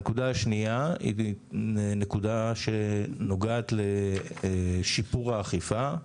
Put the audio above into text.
הנקודה השנייה היא נקודה שנוגעת לשיפור האכיפה.